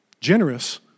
Generous